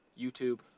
YouTube